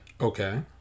Okay